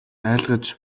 айлгаж